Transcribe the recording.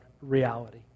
reality